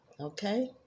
Okay